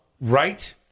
right